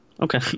Okay